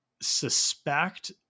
suspect